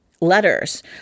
letters